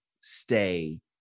stay